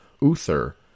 Uther